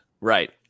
Right